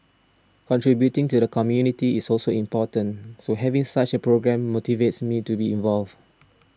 contributing to the community is also important so having such a programme motivates me to be involved